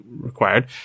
required